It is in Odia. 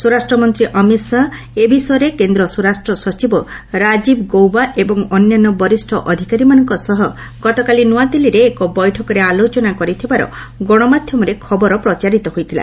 ସ୍ୱରାଷ୍ଟ୍ର ମନ୍ତ୍ରୀ ଅମିତ୍ ଶାହା ଏ ବିଷୟରେ କେନ୍ଦ୍ର ସ୍ୱରାଷ୍ଟ୍ର ସଚିବ ରାଜୀବ ଗୌବା ଏବଂ ଅନ୍ୟାନ୍ୟ ବରିଷ୍ଠ ଅଧିକାରୀମାନଙ୍କ ସହ ଗତକାଲି ନ୍ତଆଦିଲ୍ଲୀରେ ଏକ ବୈଠକରେ ଆଲୋଚନା କରିଥିବାର ଗଣମାଧ୍ୟମରେ ଖବର ପ୍ରଚାରିତ ହୋଇଥିଲା